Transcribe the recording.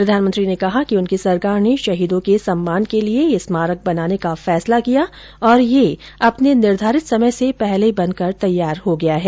प्रधानमंत्री ने कहा कि उनकी सरकार ने शहीदों के सम्मान के लिए ये स्मारक बनाने का फैसला किया और ये अपने निर्धारित समय से पहले बनकर तैयार हो गया है